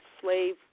slave